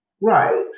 right